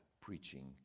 preaching